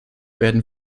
werden